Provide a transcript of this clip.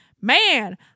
man